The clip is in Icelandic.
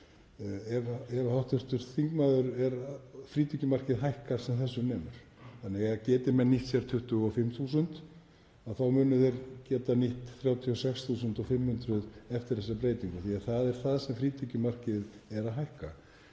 að hækka í 36.500 kr. ef frítekjumarkið hækkar sem þessu nemur. Þannig að geti menn nýtt sér 25.000 þá munu þeir geta nýtt 36.500 eftir þessa breytingu því að það er það sem frítekjumarkið er að hækka